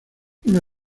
una